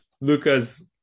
Luca's